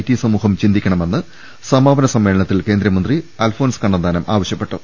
T സമൂഹം ചിന്തി ക്കണമെന്ന് സമാപന സമ്മേളനത്തിൽ കേന്ദ്രമന്ത്രി അൽഫോൻസ് കണ്ണ ന്താനം ആവശ്യപ്പെട്ടു